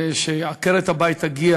שכשעקרת-הבית תגיע